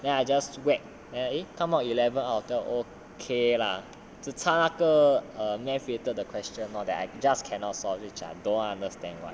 then I just whack eh come out eleven out of twelve okay lah 只差那个 err question lor that I just cannot solve which I don't understand why